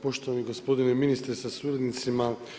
Poštovani gospodine ministre sa suradnicima.